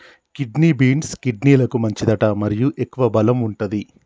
kidney beans, కిడ్నీలకు మంచిదట మరియు ఎక్కువ బలం వుంటది